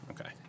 okay